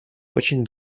очень